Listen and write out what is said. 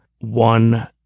one